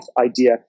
idea